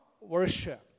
worship